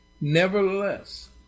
Nevertheless